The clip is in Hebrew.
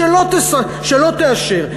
שלא תאשר.